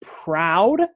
proud